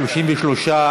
33,